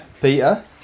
Peter